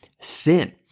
sin